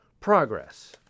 progress